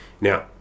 Now